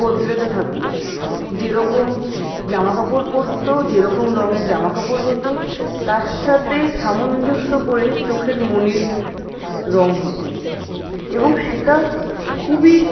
বদলাতে থাকত যেরকম জামাকাপড় পরত যেরকম রঙের জামাকাপড় হতো তার সাথে সামঞ্জস্য করে চোখের মণির রঙ হতো এবং সেটা খুবই